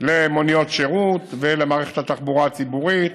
למוניות שירות ולמערכת התחבורה הציבורית.